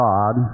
God